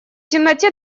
темноте